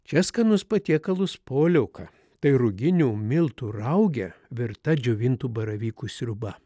čia skanus patiekalus poliuka tai ruginių miltų rauge virta džiovintų baravykų sriuba